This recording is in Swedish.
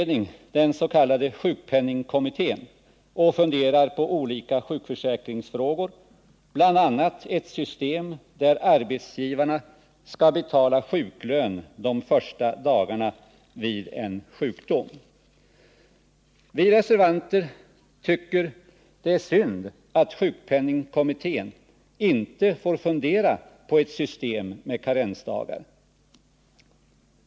Den s.k. sjukpenningkommittén funderar f. n. på olika sjukförsäkringsfrågor, bl.a. ett system där arbetsgivaren skall betala sjuklön de första dagarna vid anställds sjukdom. Vi reservanter tycker det är synd att sjukpenningkommittén inte får fundera på ett system med karensdagar.